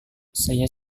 saya